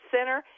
Center